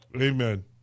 Amen